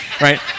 right